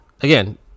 again